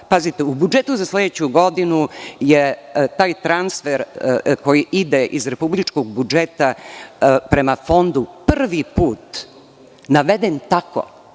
sredstava.U budžetu za sledeću godinu je taj transfer koji ide iz republičkog budžeta, prema fondu prvi put naveden tako